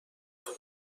حوض